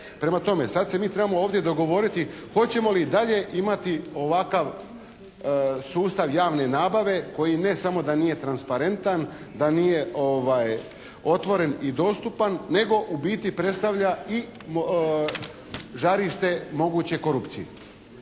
Prema tome, sada se mi trebamo ovdje dogovoriti, hoćemo li i dalje imati ovakav sustav javne nabave koji ne samo da nije transparentan, da nije otvoren i dostupan nego u biti predstavlja i žarište moguće korupcije.